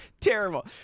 Terrible